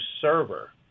server